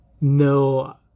No